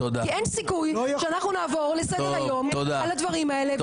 כי אין סיכוי שאנחנו נעבור לסדר-היום על הדברים האלה.